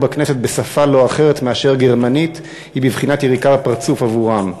בכנסת בשפה לא אחרת מאשר גרמנית היא בבחינת יריקה בפרצוף עבורם.